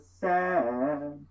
sad